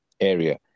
area